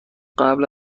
قبل